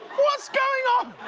what's going on.